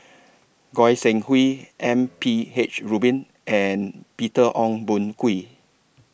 Goi Seng Hui M P H Rubin and Peter Ong Boon Kwee